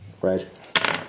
Right